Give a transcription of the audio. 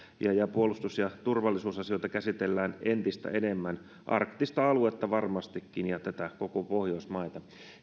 ja ja puolustus ja turvallisuusasioita käsitellään entistä enemmän arktista aluetta varmastikin ja koko pohjoismaita